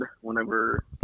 whenever